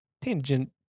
tangent